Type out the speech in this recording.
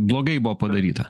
blogai buvo padaryta